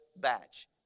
batch